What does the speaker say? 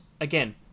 again